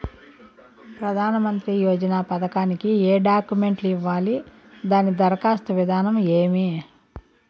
ప్రధానమంత్రి యోజన పథకానికి ఏ డాక్యుమెంట్లు ఇవ్వాలి దాని దరఖాస్తు విధానం ఏమి